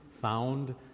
found